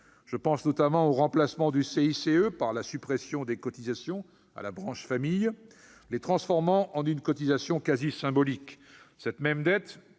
Je pense notamment au remplacement du CICE par la suppression des cotisations à la branche famille, les transformant en une cotisation quasiment symbolique.